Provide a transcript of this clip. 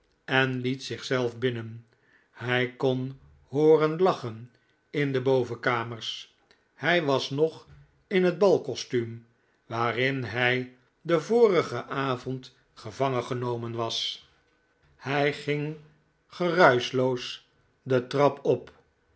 en liet zichzelf binnen hij kon hooren lachen in de bovenkamers hij was nog in het balkostuum waarin hij den vorigen avond gevangengenomen was hij ging geruischloos de trap op